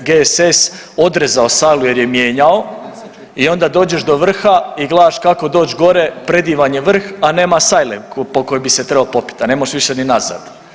GSS odrezao sajlu jer je mijenjao i onda dođeš do vrha i gledaš kako doći gore, predivan je vrh a nema sajle po kojoj bi se trebao popet, a ne možeš više ni nazad.